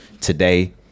today